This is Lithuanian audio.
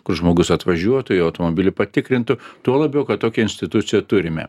kur žmogus atvažiuotų jo automobilį patikrintų tuo labiau kad tokią instituciją turime